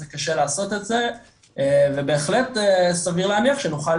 זה קשה לעשות את זה ובהחלט סביר להניח שנוכל